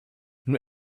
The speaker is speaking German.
nur